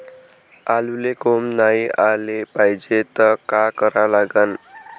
आलूले कोंब नाई याले पायजे त का करा लागन?